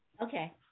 Okay